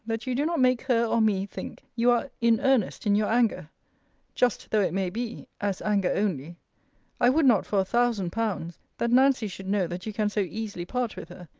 that you do not make her or me think you are in earnest in your anger just though it may be, as anger only i would not for a thousand pounds, that nancy should know that you can so easily part with her,